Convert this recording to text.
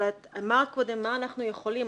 אבל מה אנחנו יכולים.